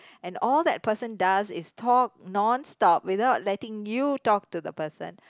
and all that person does is talk non stop without letting you talk to the person